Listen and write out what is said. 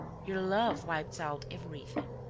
your love wipes out everything.